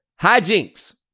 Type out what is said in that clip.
Hijinks